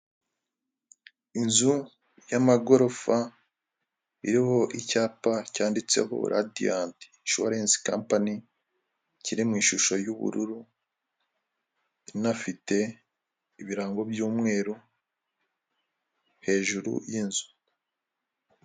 Inzu y'amagorofa yo icyapa cyanditseho radiyanti shuwarense kampanyi, kiri mu ishusho y'ubururu, inafite ibirango by'umweru hejuru y'inzu.